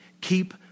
Keep